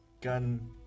gun